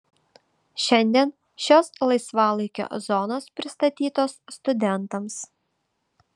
šiandien šios laisvalaikio zonos pristatytos studentams